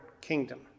kingdom